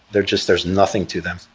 they're just there's nothing to them.